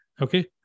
okay